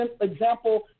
example